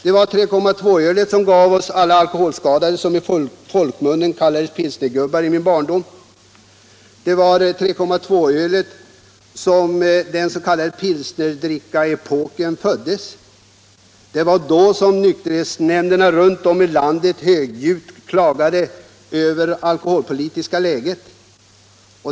Det var 3,2-ölet som gav oss alla alkoholskadade som i folkmun kallades pilsnergubbar i min barndom. Det var med 3,2 ölet som den s.k. pilsnerdrickaepoken föddes. Det var då som nykterhetsnämnderna runt om i landet högljutt klagade över det alkoholpolitiska läget.